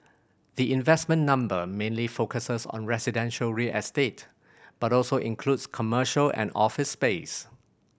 the investment number mainly focuses on residential real estate but also includes commercial and office space